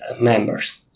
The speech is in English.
members